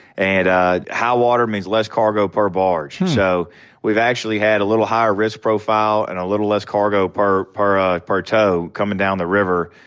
and high water means less cargo per barge. so we've actually had a little higher risk profile and a little less cargo per per ah tow coming down the river.